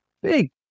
big